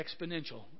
exponential